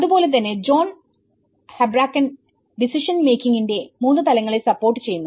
അത്പോലെ തന്നെ John Habraken decision മേക്കിങ്ങിന്റെ 3 തലങ്ങളെ സപ്പോർട്ട് ചെയ്യുന്നു